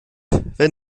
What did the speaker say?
wenn